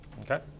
Okay